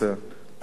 עשינו טעות.